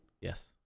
Yes